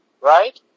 Right